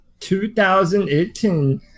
2018